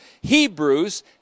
Hebrews